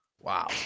Wow